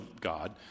God